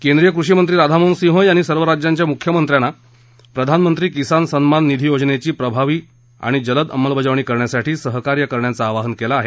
केंद्रीय कृषी मंत्री राधामोहन सिंह यांनी सर्व राज्यांच्या मुख्यमंत्र्यांना प्रधानमंत्री किसान सन्मान निधी योजनेची प्रभावी आणि जलद अंमलबजावणी करण्यासाठी सहकार्य करण्याचं आवाहन केलं आहे